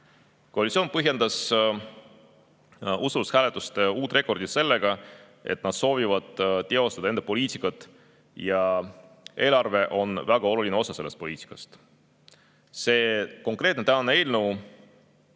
Koalitsioon põhjendas usaldushääletuste uut rekordit sellega, et nad soovivad teostada enda poliitikat ja eelarve on väga oluline osa sellest poliitikast. See konkreetne eelnõu